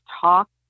talk